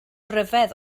ryfedd